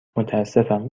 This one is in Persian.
متأسفم